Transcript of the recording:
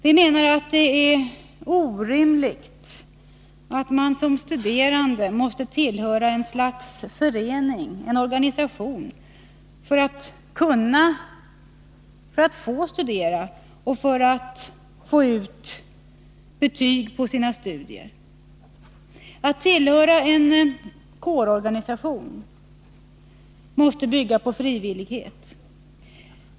Vi menar att det är orimligt att man som studerande måste tillhöra ett slags förening för att få studera och för att få ut betyg på sina studier. Att tillhöra en kårorganisation måste bygga på frivillighet.